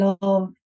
love